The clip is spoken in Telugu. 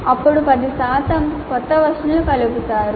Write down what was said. అప్పుడు 10 శాతం కొత్త వస్తువులు కలుపుతారు